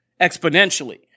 exponentially